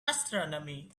astronomy